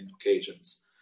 occasions